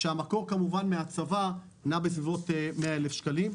כשהמקור כמובן מהצבא נע בסביבות 100,000 שקלים.